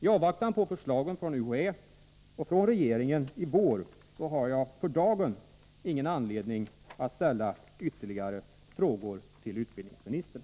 I avvaktan på förslagen från UHÄ och från regeringen i vår har jag för dagen ingen anledning att ställa ytterligare frågor till utbildningsministern.